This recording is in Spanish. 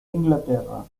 inglaterra